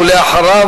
ואחריו,